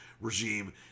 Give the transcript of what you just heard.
regime